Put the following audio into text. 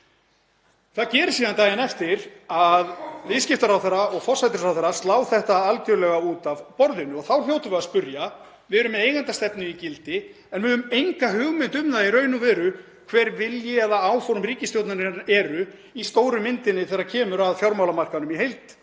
Það gerist síðan daginn eftir að viðskiptaráðherra og forsætisráðherra slá þetta algjörlega út af borðinu. Þá hljótum við að spyrja, því að við erum með eigendastefnu í gildi en við höfum enga hugmynd um það í raun og veru hver vilji eða áform ríkisstjórnarinnar eru í stóru myndinni þegar kemur að fjármálamarkaðnum í heild